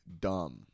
dumb